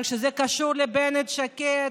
אבל כשזה קשור לבנט, שקד,